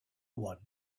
one